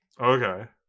Okay